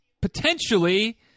potentially